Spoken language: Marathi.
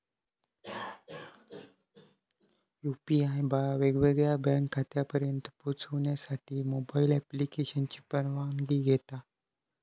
यू.पी.आय वेगवेगळ्या बँक खात्यांपर्यंत पोहचण्यासाठी मोबाईल ॲप्लिकेशनची परवानगी घेता